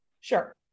sure